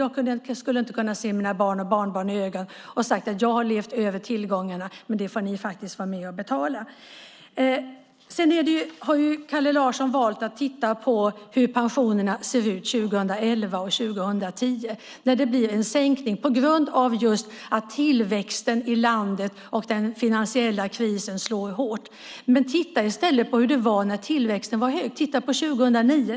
Jag skulle inte kunna se mina barn och barnbarn i ögonen och säga att jag har levat över tillgångarna och att de ska vara med och betala det. Kalle Larsson har valt att titta på hur pensionerna ser ut 2011 och 2010, då det blir en sänkning på grund av tillväxten i landet varit låg och på grund av att den finansiella krisen slår hårt. Titta i stället på hur det var när tillväxten var hög! Titta på 2009!